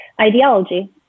ideology